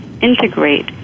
integrate